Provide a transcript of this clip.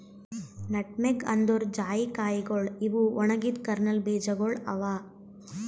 nutmeg ಅಂದುರ್ ಜಾಯಿಕಾಯಿಗೊಳ್ ಇವು ಒಣಗಿದ್ ಕರ್ನಲ್ ಬೀಜಗೊಳ್ ಅವಾ